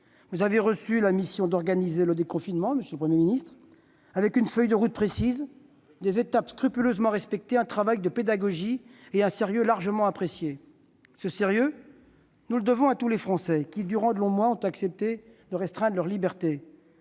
vous avez reçu la mission d'organiser le déconfinement, avec une feuille de route précise, des étapes scrupuleusement respectées, un travail de pédagogie et un sérieux largement appréciés. Ce sérieux, nous le devons à tous les Français qui, durant de longs mois, ont accepté de restreindre leurs libertés.